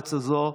בארץ הזאת,